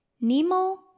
nemo